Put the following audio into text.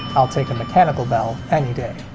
i'll take a mechanical bell any day.